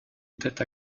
tête